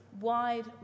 wide